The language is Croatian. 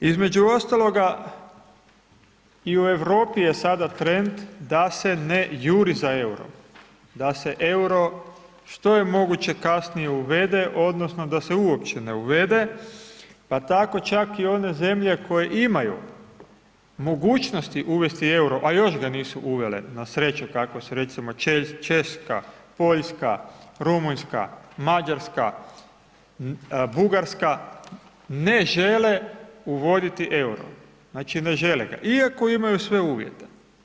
Između ostaloga i u Europi je sada trend da se ne juri za eurom, da se euro, što je moguće kasnije uvede, odnosno, da se uopće ne uvede, pa tako čak i one zemlje, koje imaju mogućnosti uvesti euro, a još ga nisu uvele, na sreću, kako su recimo Češka, Poljska, Rumunjska, Mađarska, Bugarska, ne žele uvoditi euro, znači ne žele ga, iako imaju sve uvjete.